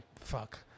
Fuck